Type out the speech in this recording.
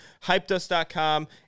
Hypedust.com